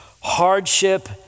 hardship